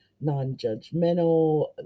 non-judgmental